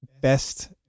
best